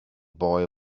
boy